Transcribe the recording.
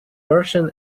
version